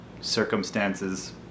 circumstances